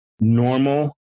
normal